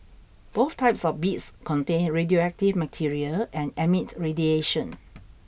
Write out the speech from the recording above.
both types of beads contain radioactive material and emit radiation